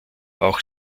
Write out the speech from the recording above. auch